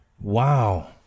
Wow